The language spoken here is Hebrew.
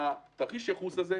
כל אחד